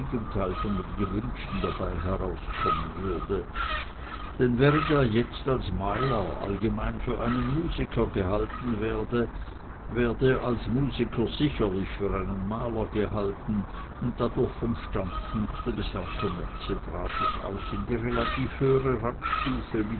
von dem gewünschten dabei herauskommen würde denn während er jetzt als maler allgemein für einen musiker gehalten werde werd er als musiker sicherlich für einen maler gehalten und dadurch vom standpunkte des herrn kommerzienrats aus in die relativ höhere